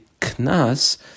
Knas